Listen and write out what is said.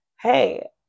hey